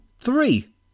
three